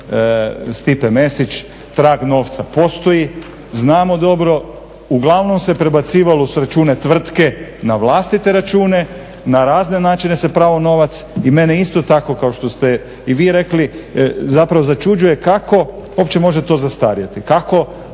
Stipe Mesić trag novca postoji, znamo dobro, uglavnom se prebacivalo s računa tvrtki na vlastite račune, na razne načine se prao novac. I mene isto tako kao što ste i vi rekli zapravo začuđuje kako uopće može to zastarjeti? Kako